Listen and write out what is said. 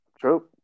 true